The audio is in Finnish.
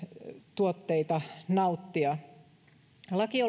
tuotteita nauttia laki